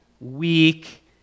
weak